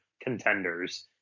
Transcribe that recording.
contenders